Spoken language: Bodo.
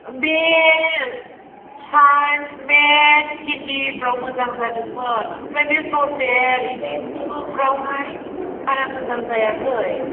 बे साइन्स मेथ्स हिन्दिफोराव मोजां जादोंमोन ओमफ्राय बे ससियेल इंलिसफ्रावहाय बारा मोजां जायाखै